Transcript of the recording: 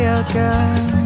again